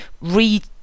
read